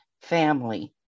family